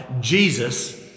Jesus